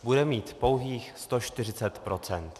Bude mít pouhých 140 %.